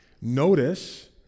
notice